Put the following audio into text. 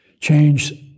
change